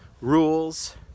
rules